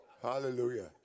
Hallelujah